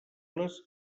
les